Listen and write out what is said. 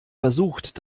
versucht